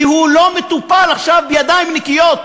כי הוא לא מטופל עכשיו בידיים נקיות,